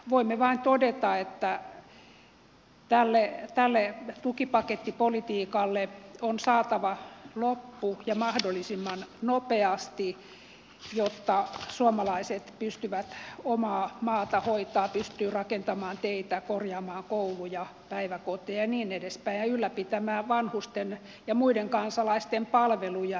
voimme vain todeta että tälle tukipakettipolitiikalle on saatava loppu ja mahdollisimman nopeasti jotta suomalaiset pystyvät omaa maata hoitamaan pystyvät rakentamaan teitä korjaamaan kouluja päiväkoteja ja niin edespäin ja ylläpitämään vanhusten ja muiden kansalaisten palveluja